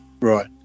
Right